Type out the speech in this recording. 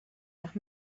nach